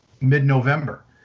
mid-November